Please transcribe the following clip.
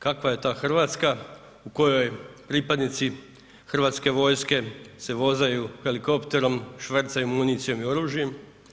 Kakva je ta Hrvatska u kojoj pripadnici Hrvatske vojske se vozaju helikopterom, švercaju municijom i oružjem?